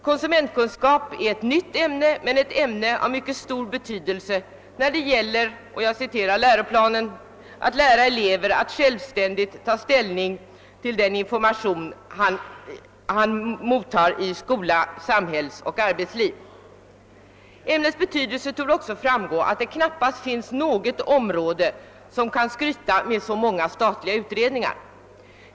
Konsumentkunskap är ett nytt ämne, som emellertid har utomordentligt stor betydelse i den nya läroplanen när det gäller att lära elever att självständigt ta ställning till den information som lämnas dem i skola och i samhällsoch arbetsliv. Ämnets betydelse torde också framgå av att knappast något annat område kan skryta med så många statliga utredningar.